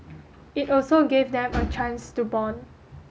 it also gave them a chance to bond